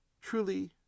Truly